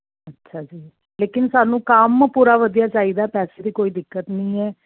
ਅੱਛਾ ਜੀ ਲੇਕਿਨ ਸਾਨੂੰ ਕੰਮ ਪੂਰਾ ਵਧੀਆ ਚਾਹੀਦਾ ਪੈਸੇ ਦੀ ਕੋਈ ਦਿੱਕਤ ਨਹੀਂ ਹੈ